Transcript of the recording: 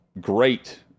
great